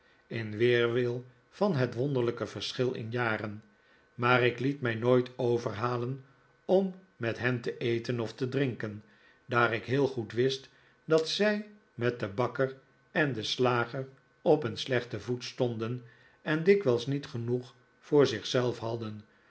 in weerwil van het wonderlijke verschil in jaren maar ik liet mij nooit overhalen om met hen te eten of te drinken daar ik heel goed wist dat zij met den bakker en den slager op een slechten voet stonden en dikwijls niet genoeg voor zich zelf hadden